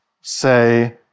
say